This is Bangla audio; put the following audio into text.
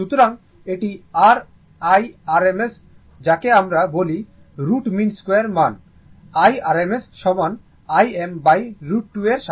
সুতরাং এটি r IRMS যাকে আমরা বলি √mean2 মান IRMS সমান Im√2 এর